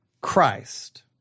Christ